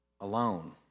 alone